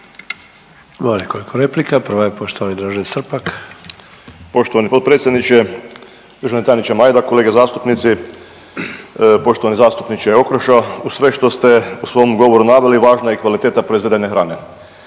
Imamo nekoliko replika, prva je poštovani Dražen Srpak. **Srpak, Dražen (HDZ)** Poštovani potpredsjedniče, državni tajniče Majdak, kolege zastupnici, poštovani zastupniče Okroša, uz sve što ste u svom govoru naveli važna je i kvaliteta proizvedene hrane.